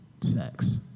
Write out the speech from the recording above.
sex